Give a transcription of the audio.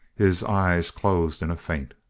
his eyes closed in a faint.